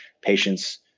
patients